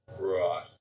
right